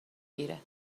گیره